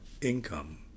income